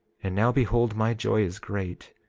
and now, behold, my joy is great,